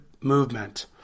movement